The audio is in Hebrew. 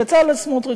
בצלאל סמוטריץ,